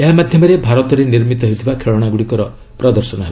ଏହା ମାଧ୍ୟମରେ ଭାରତରେ ନିର୍ମିତ ହେଉଥିବା ଖେଳନା ଗୁଡ଼ିକର ପ୍ରଦର୍ଶନ ହେବ